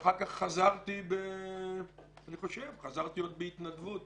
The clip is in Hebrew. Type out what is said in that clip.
ואחר כך חזרתי עוד בהתנדבות